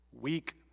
Weak